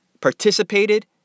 participated